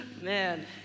man